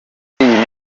muri